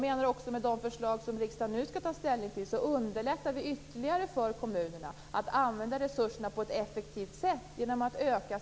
Med de förslag som riksdagen nu skall ta ställning till underlättar vi ytterligare för kommunerna att använda resurserna på ett effektivt sätt.